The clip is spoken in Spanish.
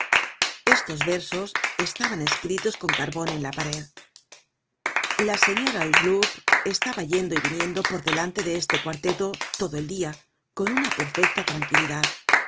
estos versos estaban escritos con carbon en la pared content from google book search generated at la señora hucheloup estaba yendo y viniendo por delante de este cuarteto todo el dia con una perfecta tranquilidad